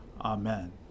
Amen